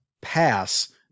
pass